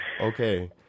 Okay